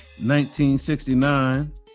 1969